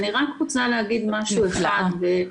אני רק רוצה להגיד משהו אחד.